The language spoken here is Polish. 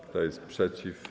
Kto jest przeciw?